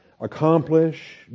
accomplish